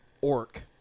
orc